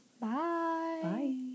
Bye